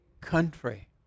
country